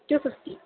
क्यूपक्कि